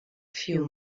few